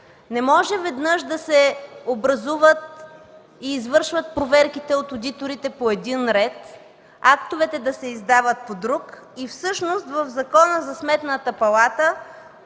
Не може веднъж да се образуват и извършват проверките от одиторите по един ред, актовете да се издават по друг и всъщност в Закона за Сметната палата